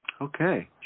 Okay